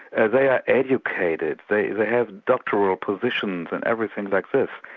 and they are educated, they they have doctoral positions and everything like this.